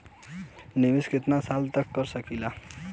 निवेश कितना साल तक कर सकीला?